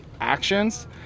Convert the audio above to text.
actions